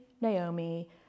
Naomi